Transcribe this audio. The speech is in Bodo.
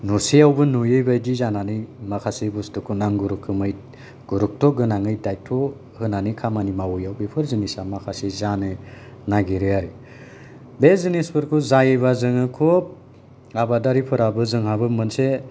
नुसेयावबो नुयै जानानै माखासे बुसथुखौ नांगौ रोखोमै गुरुथथ गोनाङै दायथ होनानै खामानि मावैयाव जिनिसा माखासे जानो नागिरा आरो बे जिनिसफोरखौ जायोबा जोङो खुब आबादारिफोराबो जोंहाबो मोनसे